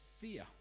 fear